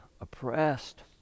oppressed